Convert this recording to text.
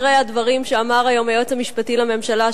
אחרי הדברים שאמר היום היועץ המשפטי לממשלה,